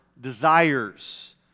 desires